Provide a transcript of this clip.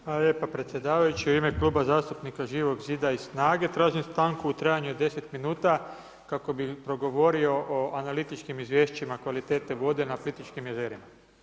Hvala lijepo predsjedavajući u ime Kluba zastupnika Živog zida i SNAGA-e, tražim stanku u trajanju od 10 minuta, kako bi progovorio o analitičkim izvješćima kvalitete vode na Plitvičkim jezerima.